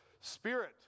spirit